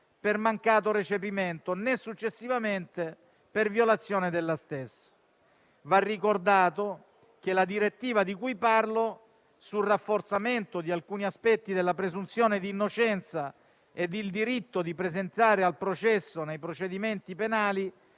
per mancato recepimento, né successivamente per violazione della stessa. Va ricordato che la direttiva di cui parlo, sul rafforzamento di alcuni aspetti della presunzione di innocenza ed il diritto di presenziare al processo nei procedimenti penali,